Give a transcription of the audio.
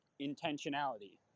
intentionality